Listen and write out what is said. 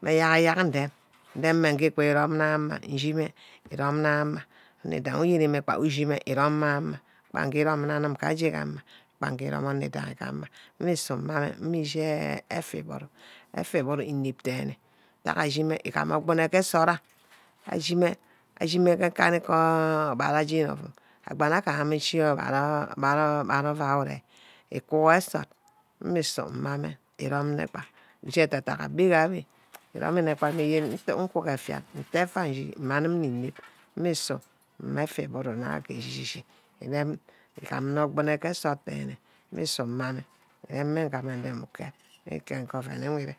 mme ayerk-ayerk ndem ndem mme inge irome nne ke amah. inshine îrome nne ke amah. onor abanghi uyeneme usshine îrome mma amah bange amah mmusu mma mme ishi effa igburu. effa îgburur ínep denne. ntack ashime e gam ogbuno ke nsort ayor. ashine ashime ke nkaní'ke ubara ajeni ouum mbang nne agumane ashi nbana ajeni ovaí ure. iku wor nsort mme ísu mma mme îrom nne bah. ushi eda dack bch iromi nne bah nku ke effia ite effa nchi mma anim nnineme mmusu mma effa iburu nna ke eshi-shí. írem igamne agbonor ke nsort dene. mmusu mmame, iremne mme nna mbang indem ukep ke oven inwe í́re